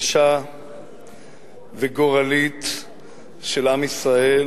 קשה וגורלית של עם ישראל,